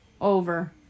over